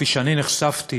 כפי שאני נחשפתי